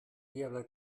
viable